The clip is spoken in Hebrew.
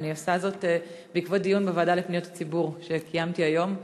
ואני עושה זאת בעקבות דיון בוועדה לפניות הציבור שקיימתי היום.